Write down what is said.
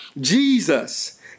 Jesus